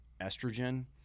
estrogen